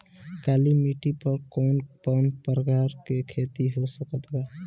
काली मिट्टी पर कौन कौन प्रकार के खेती हो सकत बा?